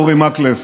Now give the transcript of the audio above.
אורי מקלב,